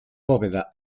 bóveda